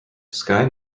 sky